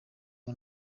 ubu